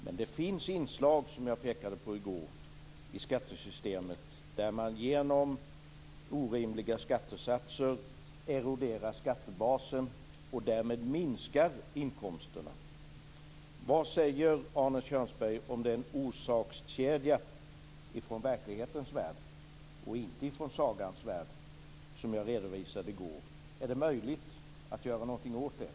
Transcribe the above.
Men det finns inslag, som jag påpekade i går, i skattesystemet där man genom orimliga skattesatser eroderar skattebasen och därmed minskar inkomsterna. Vad säger Arne Kjörnsberg om den orsakskedja från verklighetens värld, inte sagans värld, som jag redovisade i går? Är det möjligt att göra någonting åt den?